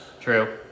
True